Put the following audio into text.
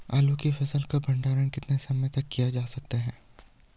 आलू की फसल का भंडारण कितने समय तक किया जा सकता है?